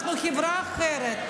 אנחנו חברה אחרת.